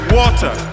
water